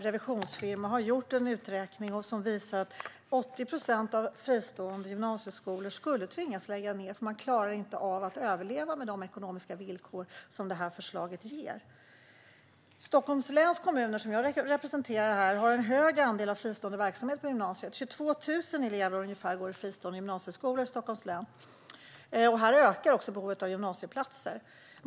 revisionsfirma, har gjort en uträkning som visar att 80 procent av fristående gymnasieskolor skulle tvingas att läggas ned, därför att man inte klarar av att överleva med de ekonomiska villkor som det här förslaget ger. Stockholms läns kommuner, som jag representerar, har en hög andel av fristående verksamhet på gymnasienivå. Det är ungefär 22 000 elever som går i fristående gymnasieskolor i Stockholms län. Här ökar också behovet av gymnasieplatser.